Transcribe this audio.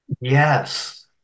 Yes